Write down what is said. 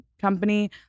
company